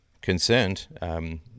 concerned –